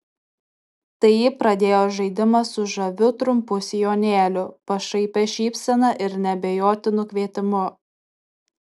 tai ji pradėjo žaidimą su žaviu trumpu sijonėliu pašaipia šypsena ir neabejotinu kvietimu